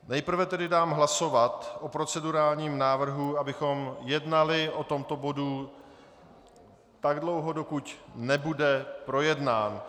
Nejprve tedy dám hlasovat o procedurálním návrhu, abychom jednali o tomto bodu tak dlouho, dokud nebude projednán.